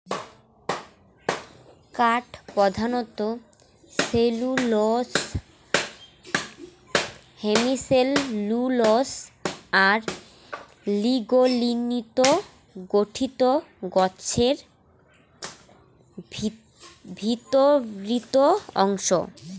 কাঠ প্রধানত cellulose, hemicellulose আর লিগলিনত গঠিত গছের ভিতরির অংশ